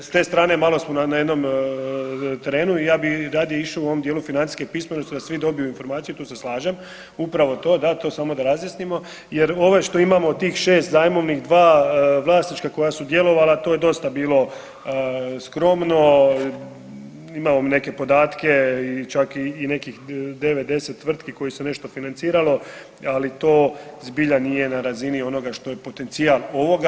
E s te strane malo smo na jednom terenu i ja bi radije išao u ovom dijelu financijske pismenosti da svi dobiju informaciju i tu se slažem, upravo to da to samo da razjasnimo jer ovo što imamo tih šest zajmovnih, dva vlasnička koja su djelovala to je dosta bilo skromno, imamo neke podatke čak i nekih 9, 10 tvrtki koje se nešto financiralo, ali to zbilja nije na razini onoga što je potencijal ovoga.